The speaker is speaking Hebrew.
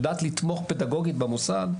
יודעת לתמוך פדגוגית במוסד,